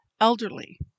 elderly